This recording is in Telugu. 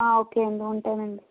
ఓకే అండి ఉంటానండి